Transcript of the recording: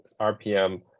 RPM